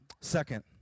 Second